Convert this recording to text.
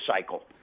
cycle